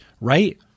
right